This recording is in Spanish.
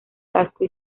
casco